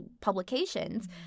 publications